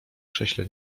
krześle